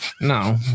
No